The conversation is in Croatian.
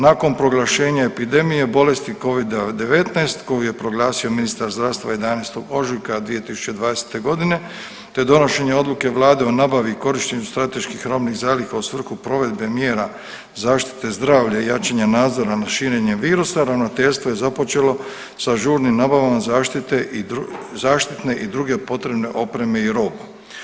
Nakon proglašenja epidemije bolesti Covida-19 koju je proglasio ministar zdravstva 11. ožujka 2020. godine te donošenja odluke vlade o nabavki i korištenju strateških robnih zaliha u svrhu provedbe mjera zaštite zdravlja i jačanja nadzora nad širenjem virusa ravnateljstvo je započelo sa žurnim nabavama zaštite, zaštitne i druge potrebne opreme i roba.